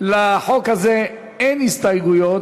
לחוק הזה אין הסתייגויות,